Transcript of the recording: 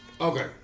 Okay